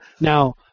Now